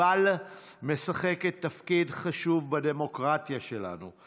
אבל משחקת תפקיד חשוב בדמוקרטיה שלנו,